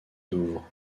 douvres